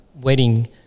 wedding